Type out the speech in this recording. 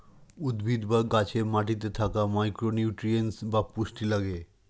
উদ্ভিদ বা গাছে মাটিতে থাকা মাইক্রো নিউট্রিয়েন্টস বা পুষ্টি লাগে